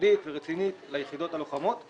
חרדית ורצינית ליחידות הלוחמות.